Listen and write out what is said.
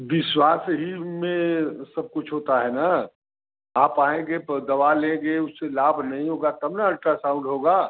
विश्वा ही में सब कुछ होता है ना आप आएँगे तो दवा लेंगे उससे लाभ नहीं होगा तब ना अल्ट्रासाउन्ड होगा